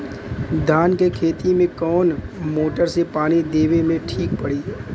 धान के खेती मे कवन मोटर से पानी देवे मे ठीक पड़ी?